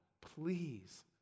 Please